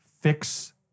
fix